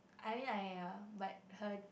I mean like ya but her